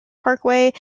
parkway